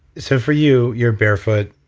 so for you, you're barefoot,